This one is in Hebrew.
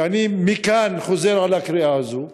ואני מכאן חוזר על הקריאה הזאת,